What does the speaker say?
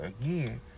again